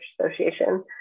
Association